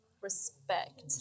respect